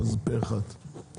הצבעה אושרה פה אחד אוקיי,